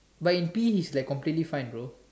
but in P_E he's like completely fine bro